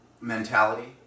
mentality